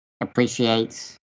appreciates